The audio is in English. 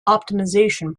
optimization